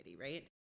right